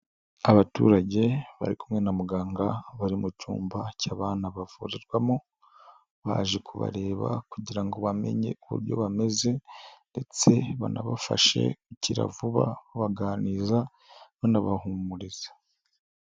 Abaturage bari kumwe na muganga bari mu cyumba cy'abana bavurirwamo baje kubareba kugira ngo bamenye uburyo bameze ndetse banabafashe gukira vuba banabaganiriza banabahumuriza.